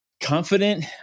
confident